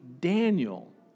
Daniel